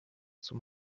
zum